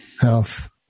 health